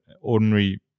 ordinary